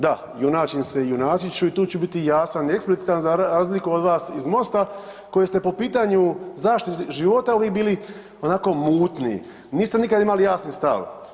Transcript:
Da, junačim se i junačit ću i tu ću biti jasan i eksplicitan za razliku od vas iz Mosta koji ste po pitanju zaštite života uvijek bili onako mutni, niste nikad imali jasan stav.